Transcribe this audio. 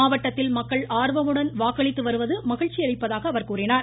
மாவட்டத்தில் மக்கள் ஆர்வமுடன் வாக்களித்து வருவது மகிழ்ச்சியளிப்பதாக அவர் கூறினார்